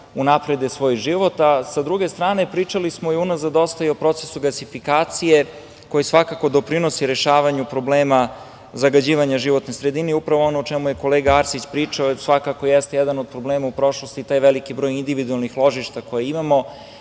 unaprede svoj život. Sa druge strane, pričali smo i unazad dosta i o procesu gasifikacije koji svakako doprinosi rešavanju problema zagađivanja životne sredine i upravo ono o čemu je kolega Arsić pričao, svakako jeste jedan od problema u prošlosti, taj veliki broj individualnih ložišta koje